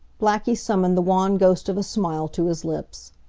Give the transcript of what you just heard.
blackie summoned the wan ghost of a smile to his lips.